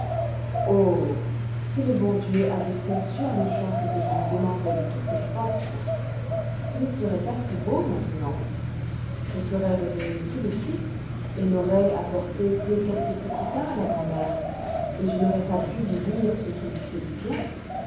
si le bon dieu avait fait sur-le-champ ce que je lui demandais de toutes mes forces ce ne serait pas si beau maintenant je serais revenue tout de suite et n'aurais apporté que quelques petits pains à la grand-mère et je n'aurais pas pu lui lire ce qui lui fait du bien